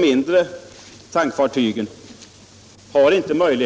Vid navigering av dessa fartyg är man kanske